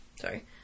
Sorry